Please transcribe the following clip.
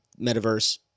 metaverse